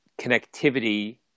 connectivity